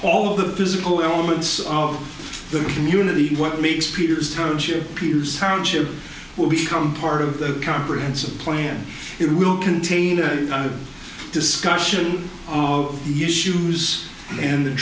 all the physical elements of the community what meets peter's township use township will become part of the comprehensive plan it will contain discussion of the issues and the